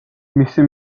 მისი